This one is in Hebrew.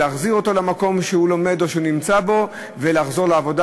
להחזיר את הילד למקום שהוא לומד בו או שהוא נמצא בו ולחזור לעבודה?